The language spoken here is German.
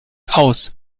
aus